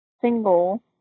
single